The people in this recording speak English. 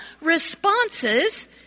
responses